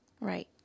Right